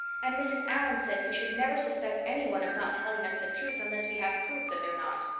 and mrs. allan says we should never suspect anyone of not telling us the truth unless we have proof that they're not.